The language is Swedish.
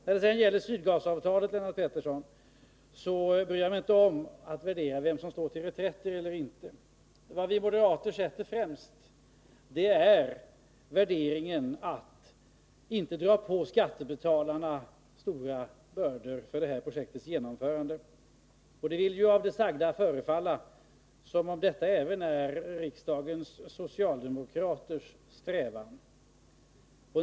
När det gäller Sydgasavtalet, Lennart Pettersson, bryr jag mig inte om att värdera vem som slår till reträtt. Vad vi moderater sätter främst är att inte dra på skattebetalarna stora bördor för projektets genomförande. Det vill av det sagda förefalla som om detta även är riksdagens socialdemokraters strävan.